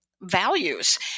values